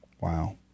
wow